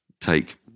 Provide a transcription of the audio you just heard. take